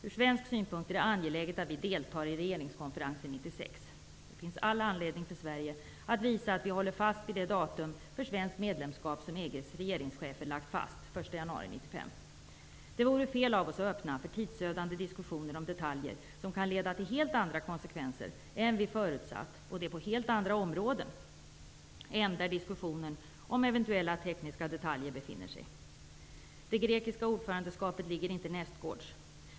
Ur svensk synpunkt är det angeläget att vi deltar i regeringskonferensen 1996. Det finns all anledning för Sverige att visa att vi håller fast vid det datum för svenskt medlemskap som EG:s regeringschefer har lagt fast, den 1 januari 1995. Det vore fel av oss att öppna för tidsödande diskussioner om detaljer, vilka kan leda till helt andra konsekvenser än vi förutsatt, och det på helt andra områden än där diskussionen om eventuella tekniska detaljer befinner sig. Det grekiska ordförandeskapet ligger inte nästgårds.